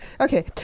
Okay